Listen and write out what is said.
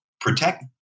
protect